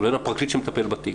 בין הפרקליט שמטפל בתיק.